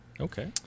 Okay